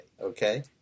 Okay